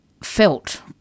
felt